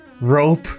rope